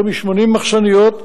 יותר מ-80 מחסניות,